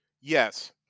Yes